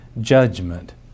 judgment